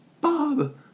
Bob